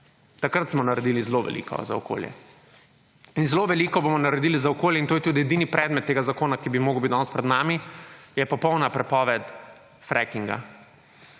Takrat smo naredili zelo veliko za okolje. In zelo veliko bomo naredili za okolje in to je tudi edini predmet tega zakona, ki bi moral biti danes pred nami, je popolna prepoved frackinga.